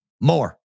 more